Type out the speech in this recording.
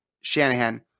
Shanahan